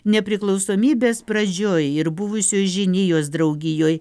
nepriklausomybės pradžioj ir buvusioj žinijos draugijoj